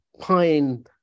pine